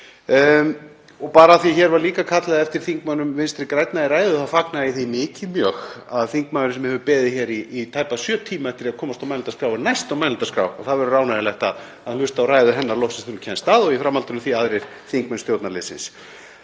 Og bara af því að hér var líka kallað eftir þingmönnum Vinstri grænna í ræðu þá fagna ég því mjög að þingmaðurinn, sem hefur beðið í tæpa sjö tíma eftir að komast á mælendaskrá, er næst á mælendaskrá og það verður ánægjulegt að hlusta á ræðu hennar loksins þegar hún kemst að og í framhaldi af því aðrir þingmenn stjórnarliðsins.